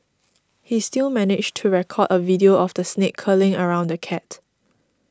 he still managed to record a video of the snake curling around the cat